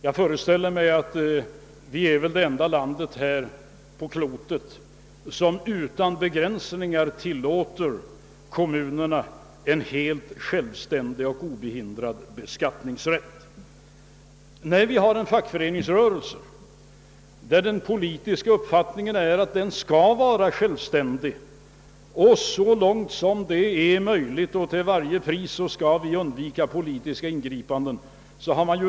Jag föreställer mig att vårt land är det enda på klotet som utan begränsning medger kommunerna en heit självständig och obehindrad beskattningsrätt. Vi har vidare en fackföreningsrörelse som är självständig, och vi vill tiil varje pris undvika politiska ingripan den på arbetsmarknaden.